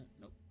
Nope